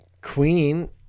Queen